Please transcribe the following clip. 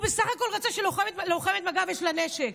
הוא בסך הכול רצה שלוחמת מג"ב, יש לה נשק,